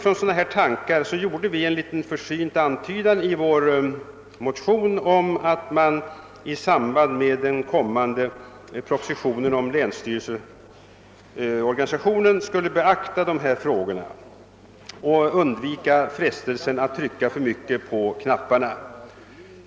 Med sådana här tankar som utgångspunkt gjorde vi i vår motion en liten försynt antydan om att man i samband med den kommande propositionen om länsstyrelseorganisationen borde beakta dessa frågor och undvika frestelsen att trycka för mycket på knapparna.